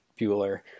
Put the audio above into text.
Bueller